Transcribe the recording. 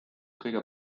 kõige